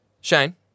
Shane